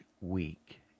week